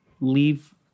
leave